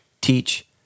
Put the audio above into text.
teach